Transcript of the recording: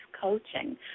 coaching